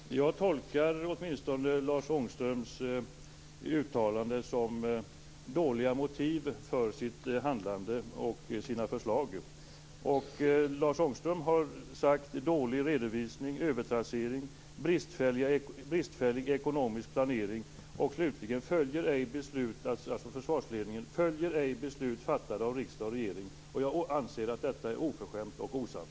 Fru talman! Jag tolkar åtminstone Lars Ångströms uttalanden som dåliga motiv för sitt handlande och sina förslag. Lars Ångström har sagt: dålig redovisning, övertrassering, bristfällig ekonomisk planering och slutligen att försvarsledningen ej följer beslut fattade av riksdag och regering. Jag anser att detta är oförskämt och osant.